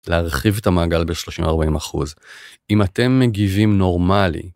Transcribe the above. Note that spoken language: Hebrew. להרחיב את המעגל ב-30-40 אחוז, אם אתם מגיבים נורמלי.